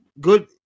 good